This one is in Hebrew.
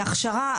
הכשרה,